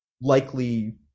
likely